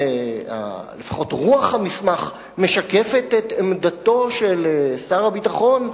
האם לפחות רוח המסמך משקפת את עמדתו של שר הביטחון,